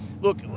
look